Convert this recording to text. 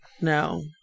No